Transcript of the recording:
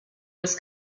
was